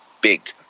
big